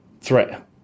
threat